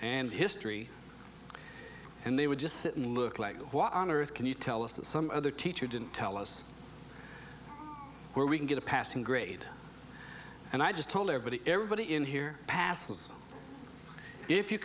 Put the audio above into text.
and history and they would just sit and look like why on earth can you tell us that some other teacher didn't tell us where we can get a passing grade and i just told everybody everybody in here